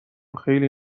خیلی